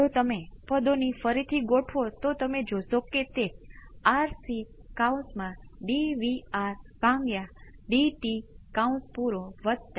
કૃપા કરીને natural response સહિત સંપૂર્ણ રિસ્પોન્સ મેળવો આપણે તેમાં એક અલગ પાઠ લેશું જેમાં હું સમીકરણ બતાવીસ અને તમારા જવાબની તુલના કરીશ